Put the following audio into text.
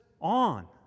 on